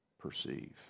perceive